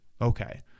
Okay